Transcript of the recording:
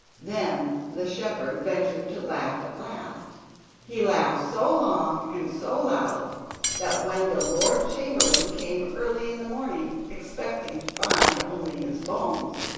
then the shepherd ventured to laugh at last he laughed so long and so loud that when the lord chamberlain came early in the morning, expecting to find only his bones,